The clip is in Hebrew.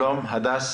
שלום, הדס.